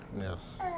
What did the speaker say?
Yes